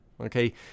Okay